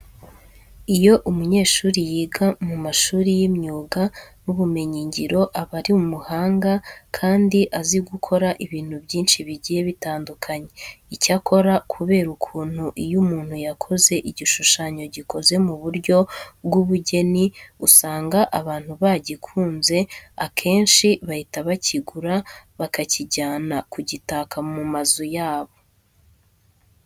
Iyo umunyeshuri yiga mu mashuri y'imyuga n'ubumenyingiro, aba ari umuhanga kandi azi gukora ibintu byinshi bigiye bitadukanye. Icyakora kubera ukuntu iyo umuntu yakoze igishushanyo gikoze mu buryo bw'ubugeni usanga abantu bagikunze, akenshi bahita bakigura bakakijyana ku gitaka mu mazu yabo.